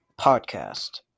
podcast